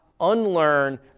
unlearn